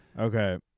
Okay